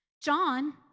John